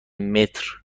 متر